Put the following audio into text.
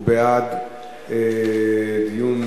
הוא בעד דיון